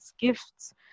gifts